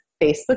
Facebook